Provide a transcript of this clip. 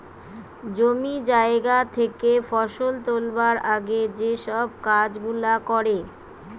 জমি জায়গা থেকে ফসল তুলবার আগে যেই সব কাজ গুলা করে